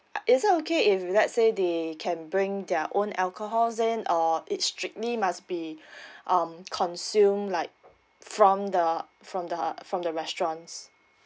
is it okay if let's say they can bring their own alcohol zen or it strictly must be um consumed like from the from the from the restaurants